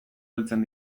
heltzen